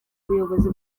ubuyobozi